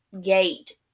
gate